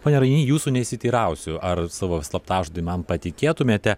pone raini jūsų nesiteirausiu ar savo slaptažodį man patikėtumėte